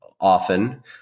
often